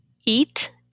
eat